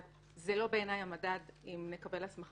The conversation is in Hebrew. אבל בעיניי לא זה המדד אם נקבל הסמכה